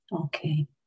Okay